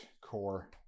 Core